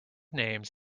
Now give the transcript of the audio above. names